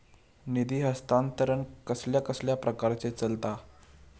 निधी हस्तांतरण कसल्या कसल्या प्रकारे चलता?